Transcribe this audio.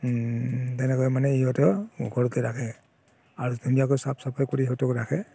তেনেকৈ মানে ইহঁতক ঘৰতে ৰাখে আৰু ধুনীয়াকৈ চাফ চাফাই কৰি সিহঁতক ৰাখে